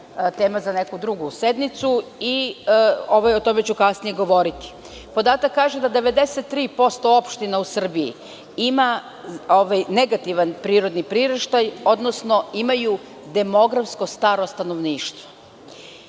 tema za neku drugu sednicu. O tome ću kasnije govoriti. Podatak kaže da 93% opština u Srbiji ima negativan prirodni priraštaj, odnosno imaju demografski staro stanovništvo.